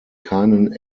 keinen